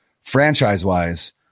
franchise-wise